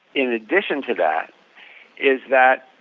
in addition to that is that